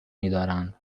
میدارند